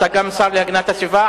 אתה גם שר להגנת הסביבה,